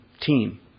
Team